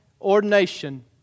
ordination